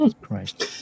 Christ